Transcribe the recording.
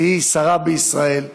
תהיי שרה בישראל.